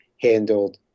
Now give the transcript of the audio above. handled